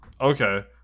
okay